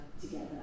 together